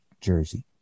jersey